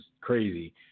crazy